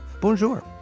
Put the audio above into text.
Bonjour